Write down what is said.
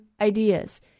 ideas